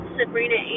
Sabrina